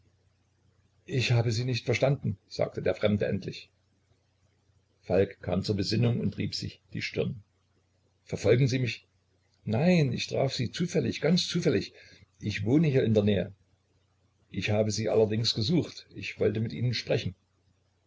ich habe sie nicht verstanden sagte der fremde endlich falk kam zur besinnung und rieb sich die stirn verfolgen sie mich nein ich traf sie zufällig ganz zufällig ich wohne hier in der nähe ich habe sie allerdings gesucht ich wollte mit ihnen sprechen